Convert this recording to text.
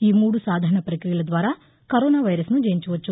ఈ మూడు సాధారణ పక్రియల ద్వారా కరోనా వైరస్ను జయించవచ్చు